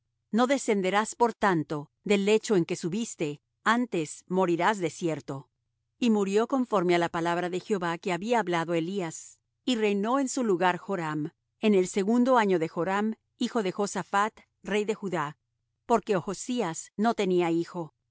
no descenderás por tanto del lecho en que subiste antes morirás de cierto y murió conforme á la palabra de jehová que había hablado elías y reinó en su lugar joram en el segundo año de joram hijo de josaphat rey de judá porque ochzías no tenía hijo y